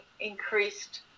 increased